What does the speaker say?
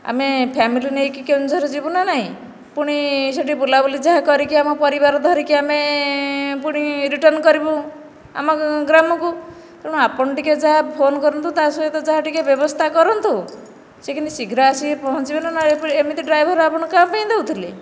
ଆମେ ଫ୍ୟାମିଲି ନେଇକି କେଉଁଝର ଯିବୁ ନା ନାହିଁ ପୁଣି ସେଇଠି ବୁଲାବୁଲି ଯାହା କରିକି ଆମ ପରିବାର ଧରିକି ଆମେ ପୁଣି ରିଟନ କରିବୁ ଆମ ଗ୍ରାମକୁ ତେଣୁ ଆପଣ ଟିକିଏ ଯାହା ଫୋନ୍ କରନ୍ତୁ ତା ସହିତ ଯାହା ବ୍ୟବସ୍ଥା କରନ୍ତୁ ସେ କେମିତି ଶୀଘ୍ର ଆସିକି ପହଞ୍ଚିବା ନା ନାହିଁ ଏମିତି ଡ୍ରାଇଭର ଆପଣ କ'ଣ ପାଇଁ ଦେଉଥିଲେ